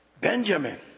Benjamin